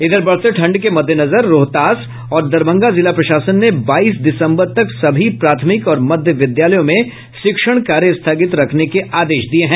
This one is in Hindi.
इधर बढ़ते ठंड के मद्देनजर रोहतास और दरभंगा जिला प्रशासन ने बाईस दिसम्बर तक सभी प्राथमिक और मध्य विद्यालयों में शिक्षण कार्य स्थगित रखने के आदेश दिये हैं